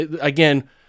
Again